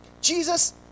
Jesus